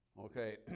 Okay